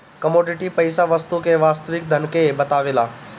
commodity पईसा वस्तु के वास्तविक धन के बतावेला